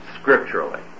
scripturally